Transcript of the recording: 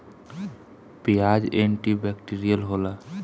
पियाज antibacterial होला